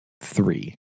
three